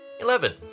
Eleven